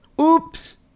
Oops